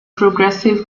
progressive